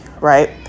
right